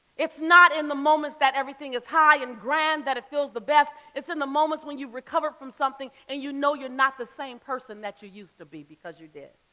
it's not in the moments that everything is high and grand that it feels the best, it's in the moments when you've recovered from something and you know you're not the same person that you used to be because you did.